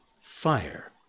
fire